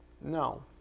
No